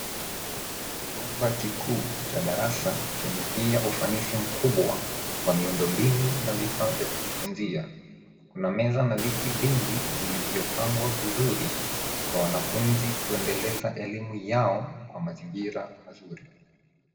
Chumba kikuu cha darasa chenye pia ufanisi mkubwa wa miundo mbinu na vifaa vya kujifunzia. Kuna meza na viti vingi vilivyopangwa vizuri kwa wanafunzi kuendeleza elimu yao kwa mazingira mazuri.